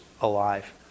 alive